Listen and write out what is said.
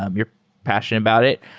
um you're passionate about it,